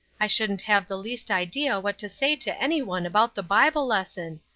i shouldn't have the least idea what to say to anyone about the bible lesson.